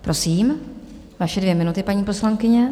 Prosím, vaše dvě minuty, paní poslankyně.